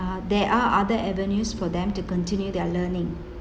uh there are other avenues for them to continue their learning